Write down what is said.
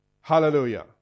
Hallelujah